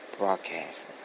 broadcasting